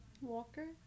Walker